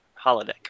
holodeck